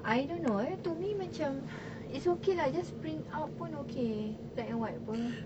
I don't know eh to me macam it's okay lah you just print out pun okay black and white apa